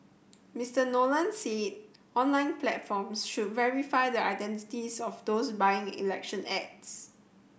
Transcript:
Mister Nolan said online platforms should verify the identities of those buying election ads